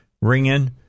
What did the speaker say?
ringing